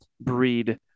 breed